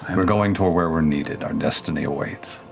we're going to where we're needed, our destiny awaits.